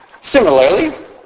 Similarly